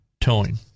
towing